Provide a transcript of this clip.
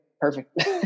Perfect